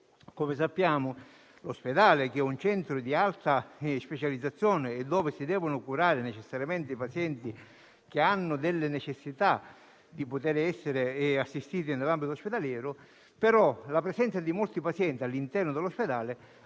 Come sappiamo, l'ospedale è un centro di alta specializzazione, dove si devono curare necessariamente i pazienti che hanno specifiche necessità di essere assistiti. Tuttavia, la presenza di molti pazienti all'interno dell'ospedale